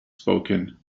spoken